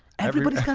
everybody's got